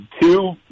two